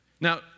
Now